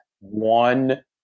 one